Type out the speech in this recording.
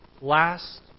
last